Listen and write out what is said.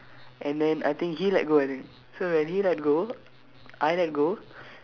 and then I think he let go I think so when he let go I let go